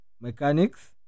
mechanics